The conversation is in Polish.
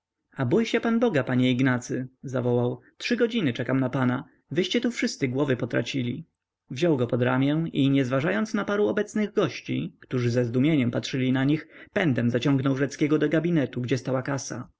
bój się pan boga panie ignacy zawołał trzy godziny czekam na pana wyście tu wszyscy głowy potracili wziął go pod ramię i nie zważając na paru obecnych gości którzy ze zdumieniem patrzyli na nich pędem zaciągnął rzeckiego do gabinetu gdzie stała kasa